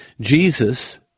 Jesus